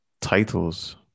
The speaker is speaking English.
titles